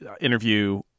interview